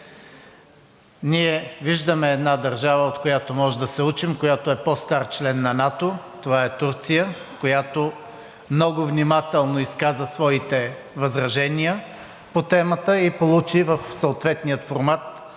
Ние виждаме една държава, от която можем да се учим, която е по-стар член на НАТО, това е Турция, която много внимателно изказа своите възражения по темата и получи в съответния формат